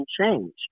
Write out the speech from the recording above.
change